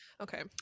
okay